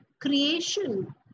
Creation